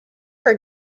are